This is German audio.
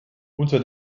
unter